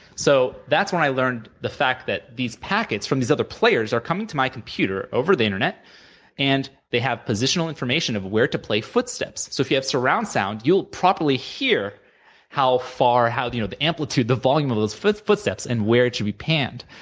so that's when i learned the fact that these packets from these other players are coming to my computer over the internet and they have positional information of where to play footsteps, so if you have surround sound, you'll properly hear how far, how you know the amplitude, the volume of those footsteps and where to be panned,